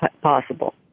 possible